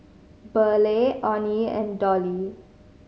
Burleigh Onie and Dollie